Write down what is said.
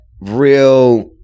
real